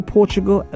Portugal